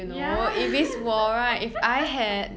ya